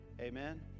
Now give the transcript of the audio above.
amen